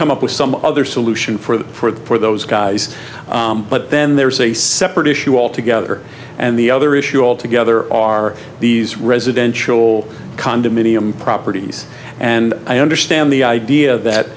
come up with some other solution for those guys but then there's a separate issue altogether and the other issue altogether are these residential condominium properties and i understand the idea that